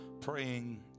Praying